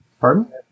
Pardon